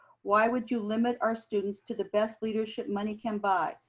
why would you limit our students to the best leadership money can buy?